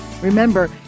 Remember